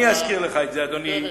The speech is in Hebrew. אני אסקור סעיף-סעיף,